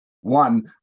one